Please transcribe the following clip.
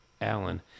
Allen